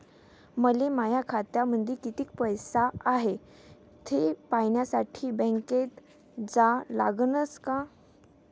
मले माया खात्यामंदी कितीक पैसा हाय थे पायन्यासाठी बँकेत जा लागनच का?